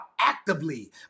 actively